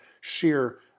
sheer